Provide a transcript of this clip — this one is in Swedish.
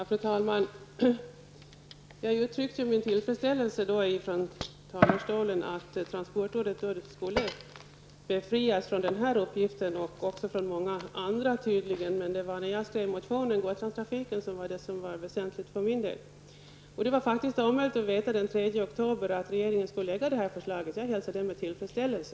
Fru talman! Jag uttryckte tidigare från talarstolen min tillfredsställelse över att transportrådet skulle befrias från den här uppgiften. Det gäller tydligen många andra uppgifter också. Men när jag skrev motionen var det Gotlandstrafiken som var väsentlig för min del. Det var faktiskt omöjligt att den 3 oktober veta att regeringen skulle lägga det här förslaget. Jag hälsar det med tillfredsställelse.